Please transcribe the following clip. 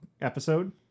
episode